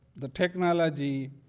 the technology,